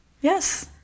Yes